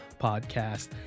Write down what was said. podcast